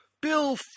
Bill